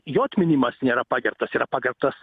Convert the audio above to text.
jo atminimas nėra pagerbtas yra pagerbtas